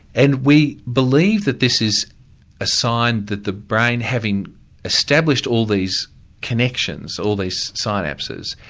and we believe that this is a sign that the brain having established all these connections, all these synapses,